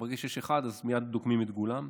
ברגע שיש אחד, אז מייד דוגמים את כולם.